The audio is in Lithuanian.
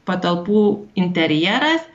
patalpų interjeras